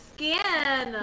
Skin